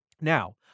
Now